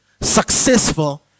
successful